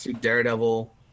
Daredevil